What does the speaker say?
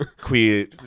queer